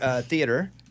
theater